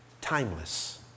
timeless